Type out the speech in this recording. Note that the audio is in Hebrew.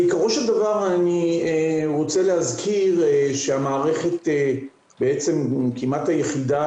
בעיקרו של דבר אני רוצה להזכיר שהמערכת כמעט היחידה